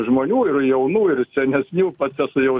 žmonių ir jaunų ir senesnių pats esu jau